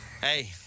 Hey